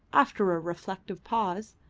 after a reflective pause,